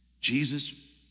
Jesus